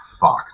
fuck